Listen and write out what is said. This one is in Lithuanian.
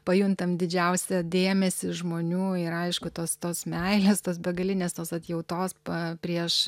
pajuntame didžiausią dėmesį žmonių ir aišku tos tos meilės tos begalinės tos atjautos pa prieš